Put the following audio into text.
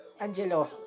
Angelo